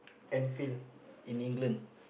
Enfield in England